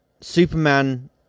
...Superman